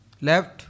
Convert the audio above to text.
left